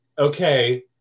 okay